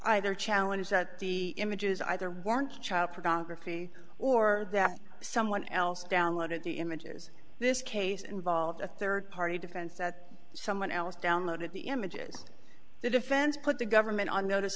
either challenge that the images either weren't child pornography or that someone else downloaded the images this case involved a third party defense that someone else downloaded the images the defense put the government on notice